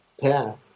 path